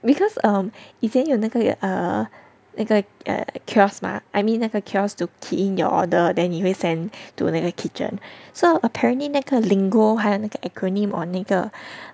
because um 以前有那个有 err 那个 err kiosk mah I mean 那个 kiosk to key in your order then 你会 send to 那个 kitchen so apparently 那个 lingo 还有那个 acronym or 那个